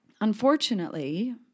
unfortunately